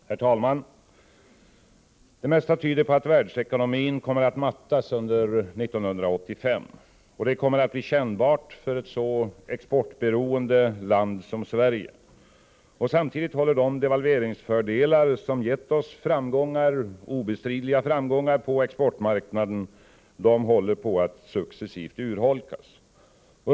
Herr talman! Det mesta tyder på att världsekonomin kommer att mattas under 1985. Det kommer att bli kännbart för ett så exportberoende land som Sverige. Samtidigt håller de devalveringsfördelar som gett oss obestridliga framgångar på exportmarknaden på att successivt urholkas.